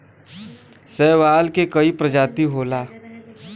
शैवाल के कई प्रजाति होला